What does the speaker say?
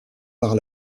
par